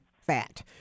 fat